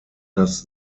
das